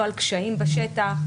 לא על קשיים בשטח,